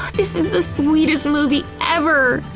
this is the sweetest movie ever!